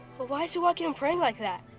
but why is he walking and praying like that?